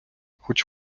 хоч